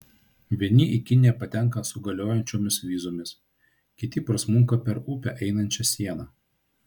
vieni į kiniją patenka su galiojančiomis vizomis kiti prasmunka per upę einančią sieną